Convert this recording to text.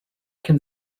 can